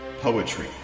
Poetry